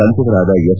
ಸಂಸದರಾದ ಎಸ್